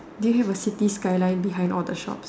do you have a city skyline behind all the shots